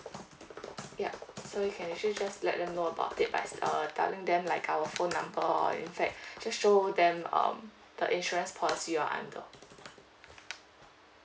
yup so you can actually just let them know about the ice err telling them like our phone number or in fact just show them um the insurance policy you're under